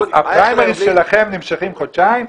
הפריימריס שלכם נמשכים חודשיים,